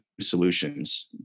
solutions